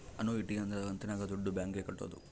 annuity ಅಂದ್ರ ಕಂತಿನಾಗ ದುಡ್ಡು ಬ್ಯಾಂಕ್ ಗೆ ಕಟ್ಟೋದು